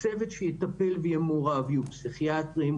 הצוות שיטפל ויהיה מעורב יהיו פסיכיאטרים,